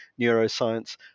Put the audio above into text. neuroscience